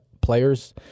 players